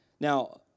Now